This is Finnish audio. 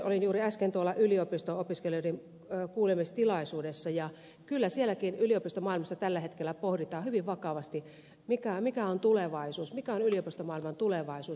olin juuri äsken tuolla yliopisto opiskelijoiden kuulemistilaisuudessa ja kyllä sielläkin yliopistomaailmassa tällä hetkellä pohditaan hyvin vakavasti mikä on tulevaisuus mikä on yliopistomaailman tulevaisuus